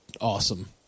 awesome